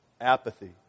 apathy